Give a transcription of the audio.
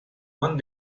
one